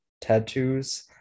tattoos